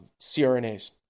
CRNAs